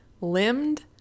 limbed